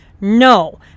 No